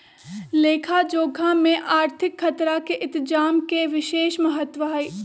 लेखा जोखा में आर्थिक खतरा के इतजाम के विशेष महत्व हइ